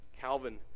Calvin